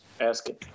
asking